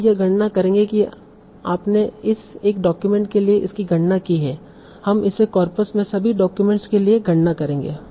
आप यह गणना करेंगे कि आपने इस एक डॉक्यूमेंट के लिए इसकी गणना की है हम इसे कार्पस में सभी डाक्यूमेंट्स के लिए गणना करेंगे